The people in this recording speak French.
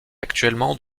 actuellement